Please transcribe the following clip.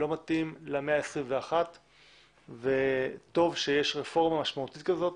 הוא לא מתאים למאה ה-21 וטוב שיש רפורמה משמעותית כזאת.